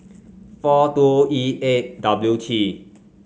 four two E eight W T